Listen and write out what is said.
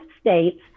states